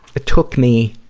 it took me,